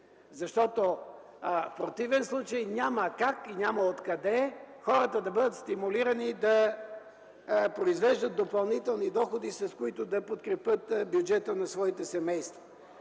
Защото в противен случай няма как и няма откъде хората да бъдат стимулирани да произвеждат допълнителни доходи, с които да подкрепят бюджета на своите семейства.